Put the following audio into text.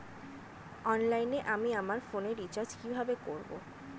অনলাইনে আমি আমার ফোনে রিচার্জ কিভাবে করব?